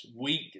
week